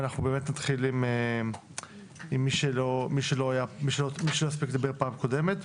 אנחנו נתחיל עם מי שלא הספיק לדבר פעם קודמת.